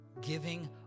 giving